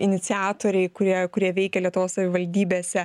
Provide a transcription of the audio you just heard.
iniciatoriai kurie kurie veikia lietuvos savivaldybėse